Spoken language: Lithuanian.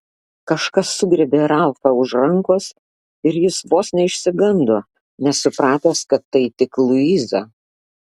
kažkas sugriebė ralfą už rankos ir jis vos neišsigando nesupratęs kad tai tik luiza